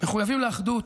מחויבים לאחדות,